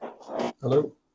Hello